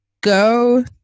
Go